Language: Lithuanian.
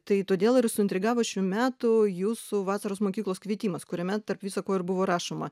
tai todėl ir suintrigavo šių metų jūsų vasaros mokyklos kvietimas kuriame tarp viso ko ir buvo rašoma